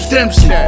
Dempsey